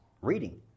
reading